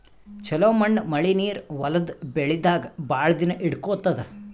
ಛಲೋ ಮಣ್ಣ್ ಮಳಿ ನೀರ್ ಹೊಲದ್ ಬೆಳಿದಾಗ್ ಭಾಳ್ ದಿನಾ ಹಿಡ್ಕೋತದ್